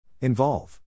Involve